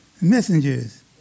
Messengers